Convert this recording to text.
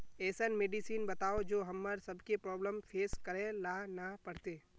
ऐसन मेडिसिन बताओ जो हम्मर सबके प्रॉब्लम फेस करे ला ना पड़ते?